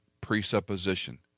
presupposition